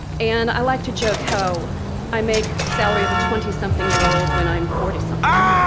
and i like to joke how i make the salary of a twenty something year old when i'm forty something.